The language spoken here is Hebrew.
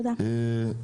תודה.